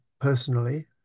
personally